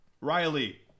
Riley